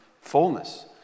fullness